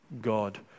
God